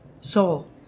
soul